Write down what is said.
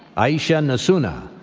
aisha nassuna.